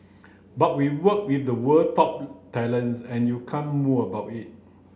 but we work with the world top talents and you can moan about it